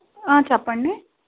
చెప్పండి